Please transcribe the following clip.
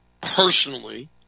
Personally